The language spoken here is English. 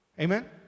Amen